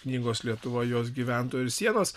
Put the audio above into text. knygos lietuva jos gyventojai ir sienos